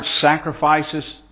sacrifices